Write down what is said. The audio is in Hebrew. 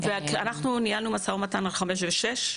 אנחנו ניהלנו משא ומתן על (5) ו-(6).